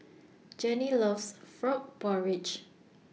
Janie loves Frog Porridge